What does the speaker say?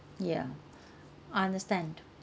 ya I understand